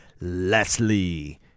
Leslie